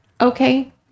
Okay